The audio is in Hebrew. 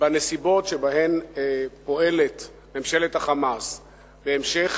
בנסיבות שבהן פועלת ממשלת ה"חמאס" והמשך